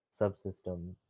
subsystem